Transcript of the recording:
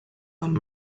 amb